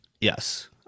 Yes